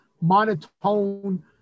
monotone